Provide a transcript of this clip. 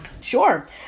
Sure